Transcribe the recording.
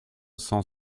cent